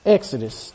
Exodus